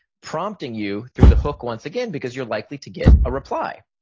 prompting you through the hook once again, because you're likely to get a reply.